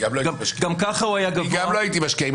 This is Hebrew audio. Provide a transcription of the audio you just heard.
אני גם לא הייתי משקיע.